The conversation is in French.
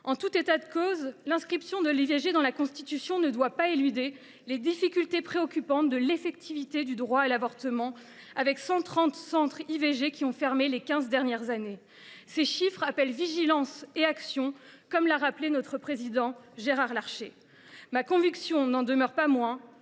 En tout état de cause, l’inscription de l’IVG dans la Constitution ne doit pas éluder les difficultés préoccupantes de l’effectivité du droit à l’avortement : cent trente centres IVG ont fermé ces quinze dernières années. Ces chiffres appellent vigilance et action, comme l’a rappelé notre président Gérard Larcher. Ma conviction n’en demeure pas moins